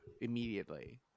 immediately